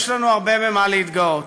יש לנו הרבה במה להתגאות,